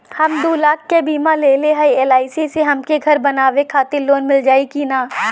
हम दूलाख क बीमा लेले हई एल.आई.सी से हमके घर बनवावे खातिर लोन मिल जाई कि ना?